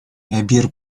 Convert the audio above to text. эпир